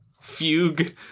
fugue